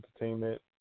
Entertainment